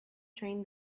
train